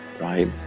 right